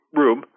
room